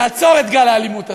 לעצור את גל האלימות הזה.